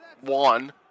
One